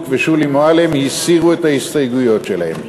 ושולי מועלם הסירו את ההסתייגויות שלהן.